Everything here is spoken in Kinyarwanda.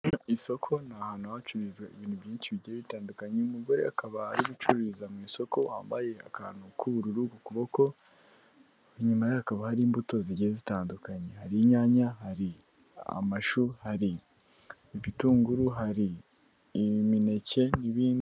Isoko ni ahantu hacuruza ibintu byinshi bigiye bitandukanye uyu mugore akaba ari gucuruza mu isoko wambaye akantu k'ubururu ku kuboko, inyuma hakaba hari imbuto zigiye zitandukanye, hari inyanya, hari amashu, hari ibitunguru, hari imineke, n'ibindi.